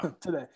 today